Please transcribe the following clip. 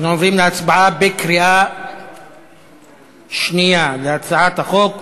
להצבעה בקריאה שנייה על הצעת חוק